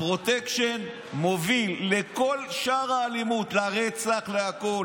הפרוטקשן מוביל לכל שאר האלימות, לרצח, לכול.